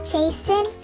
Jason